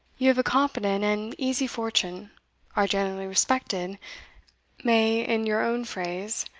you have a competent and easy fortune are generally respected may, in your own phrase,